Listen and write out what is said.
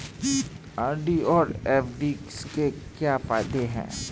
RD और FD के क्या फायदे हैं?